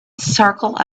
circle